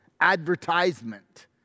advertisement